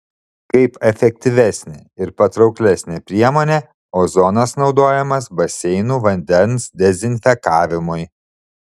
kaip efektyvesnė ir patrauklesnė priemonė ozonas naudojamas baseinų vandens dezinfekavimui